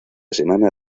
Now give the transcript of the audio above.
semana